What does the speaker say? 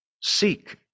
Seek